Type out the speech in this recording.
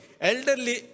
elderly